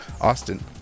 Austin